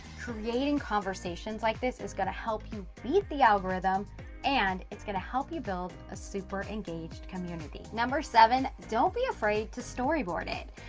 creating conversations like this is gonna help you beat the algorithm and it's gonna help you build a super engaged community. number seven, don't be afraid to storyboard it.